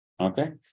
Okay